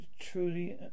truly